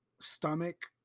stomach